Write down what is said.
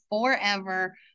forever